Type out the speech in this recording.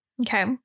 Okay